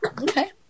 Okay